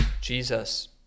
Jesus